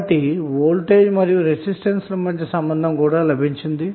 కాబట్టి వోల్టేజ్ మరియు రెసిస్టెన్స్ ల మధ్య సంబంధం కూడా లభించింది